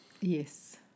Yes